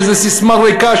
שזה ססמה ריקה,